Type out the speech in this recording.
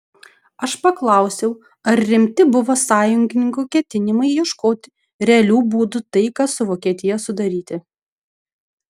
aš paklausiau ar rimti buvo sąjungininkų ketinimai ieškoti realių būdų taiką su vokietija sudaryti